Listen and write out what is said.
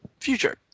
future